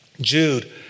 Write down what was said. Jude